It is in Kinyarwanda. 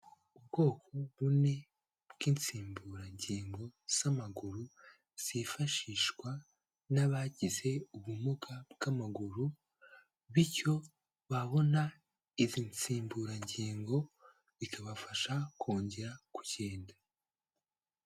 Ubwoko bumwe bw'insimburangingo z'amaguru zifashishwa n'abagize ubumuga bw'amaguru, bityo babona izi nsimburangingo ikabafasha kongera kugenda.